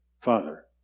Father